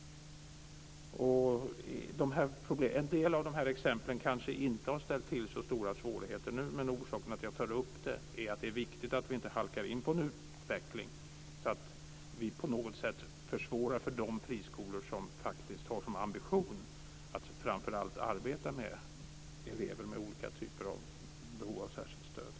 En del av de här exemplen kanske inte har ställt till så stora svårigheter nu, men orsaken till att jag tar upp detta är att det är viktigt att vi inte halkar in i en utveckling mot att vi på något sätt försvårar för de friskolor som faktiskt har som ambition att framför allt arbeta med elever med olika typer av behov av särskilt stöd.